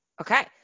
Okay